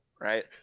right